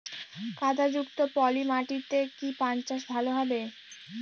কাদা যুক্ত পলি মাটিতে কি পান চাষ ভালো হবে?